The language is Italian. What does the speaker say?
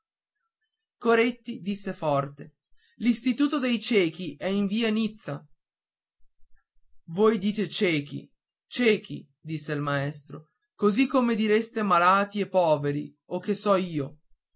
coretti disse forte l'istituto dei ciechi è in via nizza voi dite ciechi ciechi disse il maestro così come direste malati e poveri o che so io